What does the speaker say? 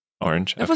Orange